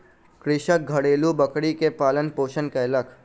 कृषक घरेलु बकरी के पालन पोषण कयलक